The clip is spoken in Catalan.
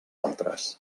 altres